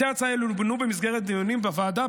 פרטי ההצעה האלה ילובנו במסגרת דיונים בוועדה,